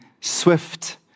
swift